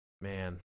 Man